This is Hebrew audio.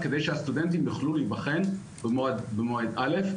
כדי שהסטודנטים יוכלו להיבחן במועד א',